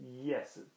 Yes